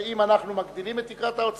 אם אנחנו מגדילים את תקרת ההוצאה,